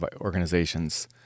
organizations